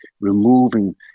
removing